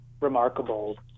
remarkable